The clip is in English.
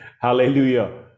Hallelujah